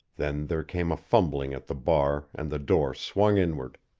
then there came a fumbling at the bar and the door swung inward.